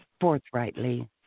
forthrightly